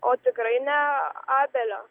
o tikrai ne abelio